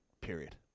period